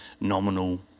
nominal